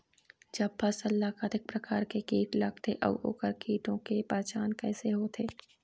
जब फसल ला कतेक प्रकार के कीट लगथे अऊ ओकर कीटों के पहचान कैसे होथे?